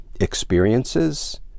experiences